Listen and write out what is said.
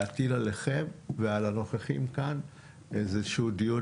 להטיל עליכם ועל הנוכחים כאן איזשהו דיון